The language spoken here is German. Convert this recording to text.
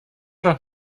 doch